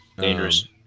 Dangerous